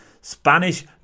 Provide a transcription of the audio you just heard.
Spanish